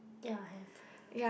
ya have